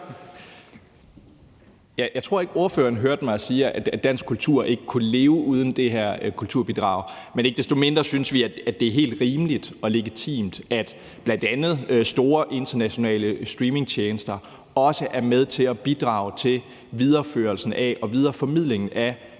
Jeg tror ikke, ordføreren hørte mig sige, at dansk kultur ikke kunne leve uden det her kulturbidrag. Men ikke desto mindre synes vi, at det er helt rimeligt og legitimt, at bl.a. store internationale streamingtjenester også er med til at bidrage til videreførelsen og videreformidlingen af